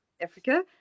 Africa